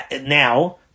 now